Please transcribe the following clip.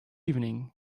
evening